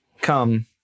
come